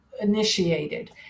initiated